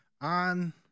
on